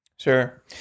Sure